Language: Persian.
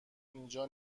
اینجا